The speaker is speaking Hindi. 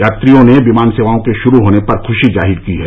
यात्रियों ने विमान सेवाओं के शुरू होने पर खुशी जाहिर की है